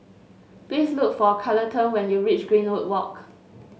please look for Carleton when you reach Greenwood Walk